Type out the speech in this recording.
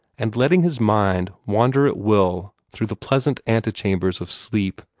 and letting his mind wander at will through the pleasant antechambers of sleep,